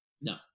No